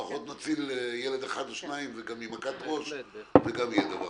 לפחות נציל ילד אחד או שניים ממכת ראש זה גם יהיה משהו.